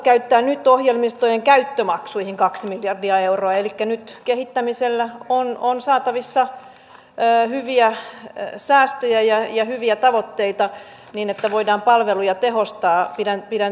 minusta on tärkeää että ne reitit joilta vr lopettaa liikenteen avataan kilpailulle mahdollisimman nopeasti erityisesti seinäjokivaasaväli ja hyviä tavoitteita niin että voidaan palveluja tehostaa pidän seinäjokijyväskyläväli